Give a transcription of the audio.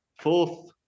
fourth